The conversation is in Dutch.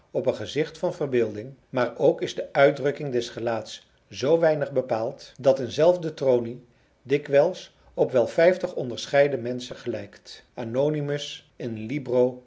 op een gezicht van verbeelding maar ook is de uitdrukking des gelaats zoo weinig bepaald dat een zelfde tronie dikwijls op wel vijftig onderscheiden menschen gelijkt anonymus in